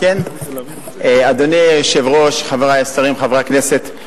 אדוני היושב-ראש, חברי השרים, חברי הכנסת,